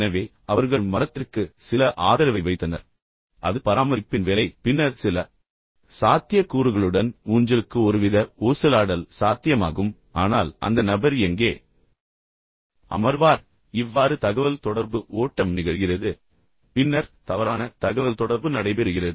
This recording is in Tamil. எனவே அவர்கள் மரத்திற்கு சில ஆதரவை வைத்தனர் எனவே அது பராமரிப்பின் வேலை பின்னர் சில சாத்தியக்கூறுகளுடன் ஊஞ்சலுக்கு ஒருவித ஊசலாடல் சாத்தியமாகும் ஆனால் அந்த நபர் எங்கே அமர்வார் இவ்வாறு தகவல்தொடர்பு ஓட்டம் நிகழ்கிறது பின்னர் தவறான தகவல் தொடர்பு நடைபெறுகிறது